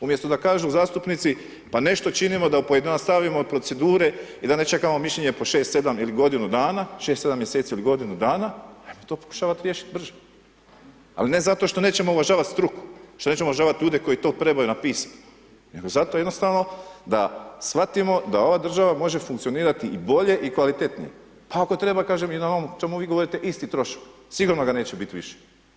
Umjesto da kažu zastupnici, pa nešto činimo, da pojednostavimo procedure i da ne čekamo mišljenje po 6, 7 ili godinu dana, 6, 7 mjeseci do godinu dana, treba to pokušavati riješiti brže, ali ne zato što nećemo uvažavati struku, što nećemo uvažavati ljude koji to trebaju napisati, nego zato jednostavno da shvatimo da ova država može funkcionirati i bolje i kvalitetnije, pa ako treba, kažem i na ovom o čemu vi govorite, isti trošak, sigurno ga neće biti više.